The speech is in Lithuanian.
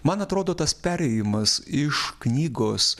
man atrodo tas perėjimas iš knygos